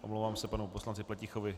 Omlouvám se panu poslanci Pletichovi.